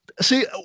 see